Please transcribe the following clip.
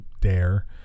Dare